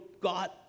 God